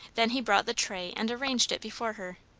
then he brought the tray and arranged it before her.